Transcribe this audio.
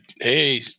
hey